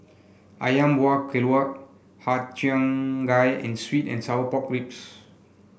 ayam Wuah Keluak Har Cheong Gai and sweet and Sour Pork Ribs